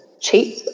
cheap